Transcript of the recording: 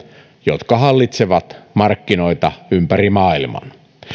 jotka hallitsevat markkinoita ympäri maailman